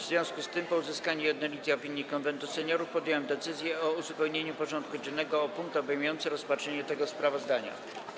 W związku z tym, po uzyskaniu jednolitej opinii Konwentu Seniorów, podjąłem decyzję o uzupełnieniu porządku dziennego o punkt obejmujący rozpatrzenie tego sprawozdania.